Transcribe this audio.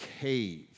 cave